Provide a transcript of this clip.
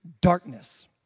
darkness